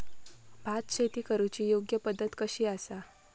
भात शेती करुची योग्य पद्धत कशी आसा?